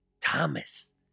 Thomas